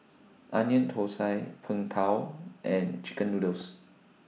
Onion Thosai Png Tao and Chicken Noodles